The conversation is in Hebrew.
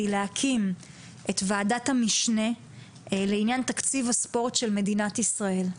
להקים את ועדת המשנה לעניין תקציב הספורט של מדינת ישראל.